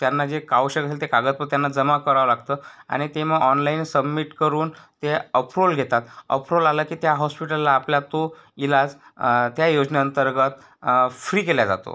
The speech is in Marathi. त्यांना जे एक आवश्यक असेल ते कागदपत्रं त्यांना जमा करावं लागतं आणि ते मग ऑनलाईन सब्मिट करून ते अफ्रूवल घेतात अफ्रूवल आलं की त्या हॉस्पिटलला आपल्या तो इलाज त्या योजने अंतर्गत फ्री केला जातो